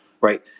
right